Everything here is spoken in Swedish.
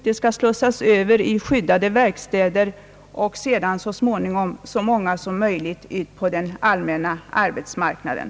De skall slussas över i skyddade verkstäder och så många som möjligt så småningom ut på den allmänna arbetsmarknaden.